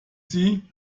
sie